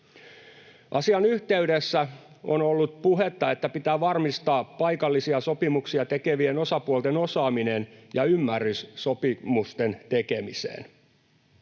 Asian yhteydessä on ollut puhetta, että pitää varmistaa paikallisia sopimuksia tekevien osapuolten osaaminen ja ymmärrys sopimusten tekemiseen.